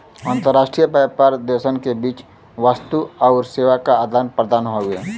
अंतर्राष्ट्रीय व्यापार देशन के बीच वस्तु आउर सेवा क आदान प्रदान हौ